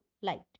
light